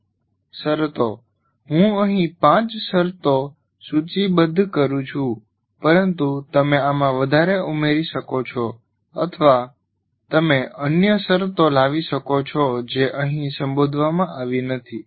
શરતો હું અહીં 5 શરતો સૂચિબદ્ધ કરું છું પરંતુ તમે આમાં વધારે ઉમેરી શકો છો અથવા તમે અન્ય શરતો લાવી શકો છો જે અહીં સંબોધવામાં આવી નથી